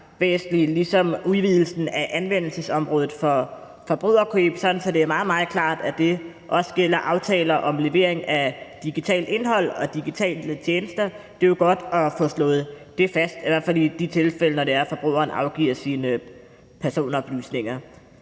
ligesom udvidelsen af anvendelsesområdet for forbrugerkøb er det, som gør det meget, meget klart, at det også gælder aftaler om levering af digitalt indhold og digitale tjenester. Det er jo godt at få slået det fast i hvert fald i de tilfælde, hvor forbrugeren afgiver sine personoplysninger.